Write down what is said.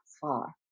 far